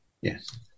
Yes